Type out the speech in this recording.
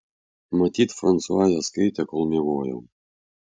matyt fransua jas skaitė kol miegojau